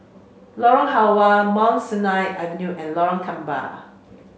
Lorong Halwa Mount Sinai Avenue and Lorong Gambir